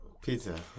pizza